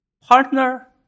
partner